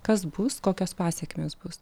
kas bus kokios pasekmės bus